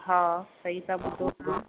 हा सही था ॿुधो तव्हां